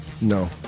No